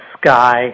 sky